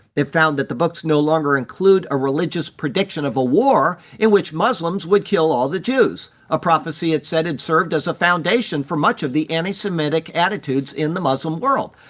it found that the books no longer include a religious prediction of a war in which muslims would kill all the jews a prophecy it said had served as a foundation for much of the anti-semitic attitudes in the muslim world.